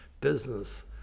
business